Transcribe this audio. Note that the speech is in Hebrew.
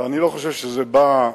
ואני לא חושב שזה בא,